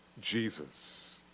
Jesus